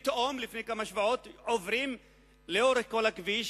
אבל פתאום, לפני כמה שבועות, עוברים לאורך הכביש